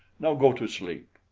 now go to sleep.